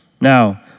Now